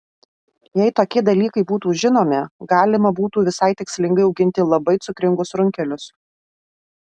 jei tokie dalykai būtų žinomi galima būtų visai tikslingai auginti labai cukringus runkelius